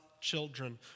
children